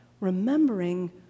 remembering